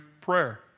prayer